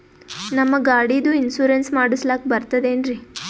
ನಮ್ಮ ಗಾಡಿದು ಇನ್ಸೂರೆನ್ಸ್ ಮಾಡಸ್ಲಾಕ ಬರ್ತದೇನ್ರಿ?